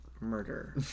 murder